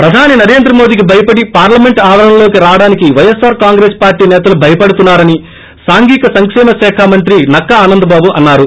ప్రధాని నరేంద్ర మోదీకి భయపడి పార్లమెంట్ ఆవరణలోకి రావడానికి వైఎస్సార్ కాంగ్రెస్ పార్లీ నేతలు భయపడుతున్నారని సాంఘిక సంకేమ శాఖ మంత్రి నక్కా ఆనందబాబు అన్నారు